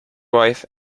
wife